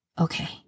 Okay